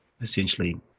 essentially